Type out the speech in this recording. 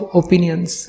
opinions